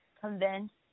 convinced